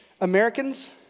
Americans